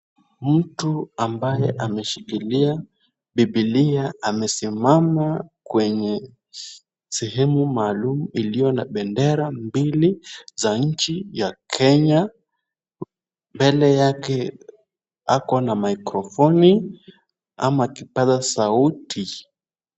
Mtu ambaye ameshikilia Bibilia amesimama kwenye sehemu maalum ilito na bendera mbili za nchi ya Kenya. Mbele yake ako na mikrofoni ama kipaza sauti.